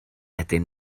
ydyn